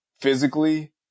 physically